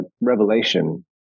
revelation